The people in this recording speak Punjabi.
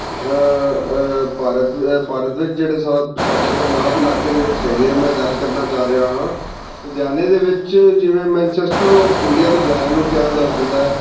ਭਾਰਤ ਭਾਰਤ ਵਿੱਚ ਜਿਹੜੇ ਸਾਡੇ ਸਾਡੇ ਪੰਜਾਬ ਇਲਾਕੇ ਦੇ ਵਿੱਚ ਹੈਗੇ ਆ ਮੈਂ ਗੱਲ ਕਰਨਾ ਚਾਹ ਰਿਹਾ ਹਾਂ ਲੁਧਿਆਣੇ ਦੇ ਵਿੱਚ ਜਿਵੇਂ ਮੈਚੈਸਟਰ ਔਫ ਇੰਡੀਆ ਲੁਧਿਆਣਾ ਨੂੰ ਕਿਹਾ ਜਾ ਸਕਦਾ